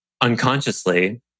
unconsciously